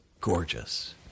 gorgeous